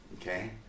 Okay